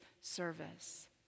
service